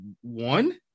one